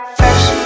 fresh